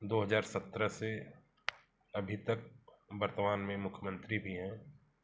दो हज़ार सत्रह से अभी तक वर्तमान में मुख्यमंत्री भी है